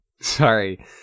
Sorry